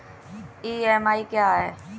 EMI क्या है?